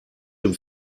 dem